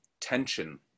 tension